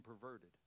perverted